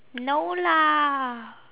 no lah